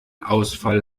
ausfall